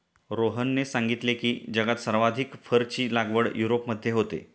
रोहनने सांगितले की, जगात सर्वाधिक फरची लागवड युरोपमध्ये होते